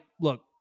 look